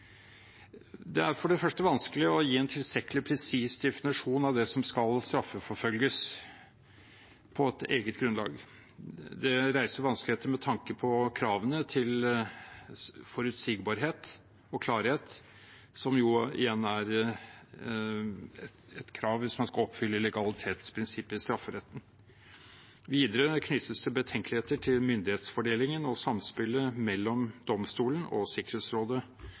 Det er for det første vanskelig å gi en tilstrekkelig presis definisjon av det som skal straffeforfølges på eget grunnlag. Det reiser vanskeligheter med tanke på kravene til forutsigbarhet og klarhet, som jo igjen er et krav hvis man skal oppfylle legalitetsprinsippet i strafferetten. Videre knyttes det betenkeligheter til myndighetsfordelingen og samspillet mellom domstolen og Sikkerhetsrådet,